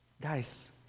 Guys